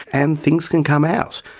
and things can come out.